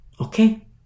Okay